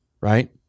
Right